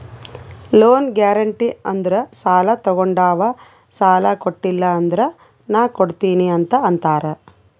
loan guarantee ಅಂದುರ್ ಸಾಲಾ ತೊಗೊಂಡಾವ್ ಸಾಲಾ ಕೊಟಿಲ್ಲ ಅಂದುರ್ ನಾ ಕೊಡ್ತೀನಿ ಅಂತ್ ಅಂತಾರ್